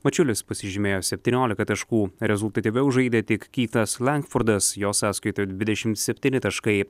mačiulis pasižymėjo septyniolika taškų rezultatyviau žaidė tik kytas lenkfordas jo sąskaitoje dvidešimt septyni taškai